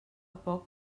poc